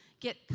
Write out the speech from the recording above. get